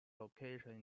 location